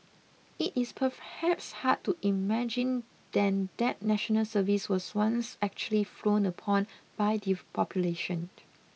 it is perhaps hard to imagine then that National Service was once actually frowned upon by the population